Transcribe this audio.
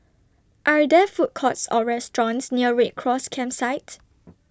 Are There Food Courts Or restaurants near Red Cross Campsite